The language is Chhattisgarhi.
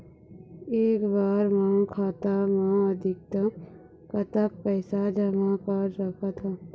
एक बार मा खाता मा अधिकतम कतक पैसा जमा कर सकथन?